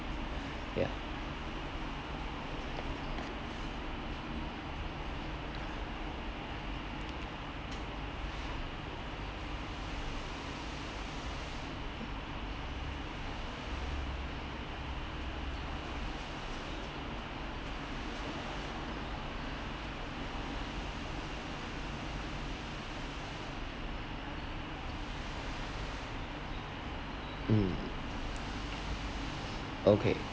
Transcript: yeah mm okay